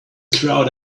crowd